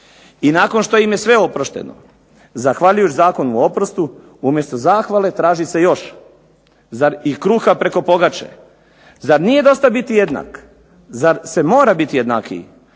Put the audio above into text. I nakon što im je sve oprošteno, zahvaljujući Zakonu o oprostu umjesto zahvale traži se još. Zar i kruha preko pogače, zar nije dosta biti jednak? Zar se mora biti jednakiji